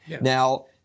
Now